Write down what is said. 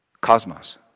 Cosmos